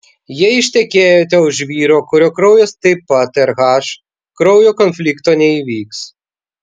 jei ištekėjote už vyro kurio kraujas taip pat rh kraujo konflikto neįvyks